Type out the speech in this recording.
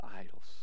idols